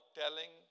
telling